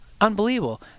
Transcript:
Unbelievable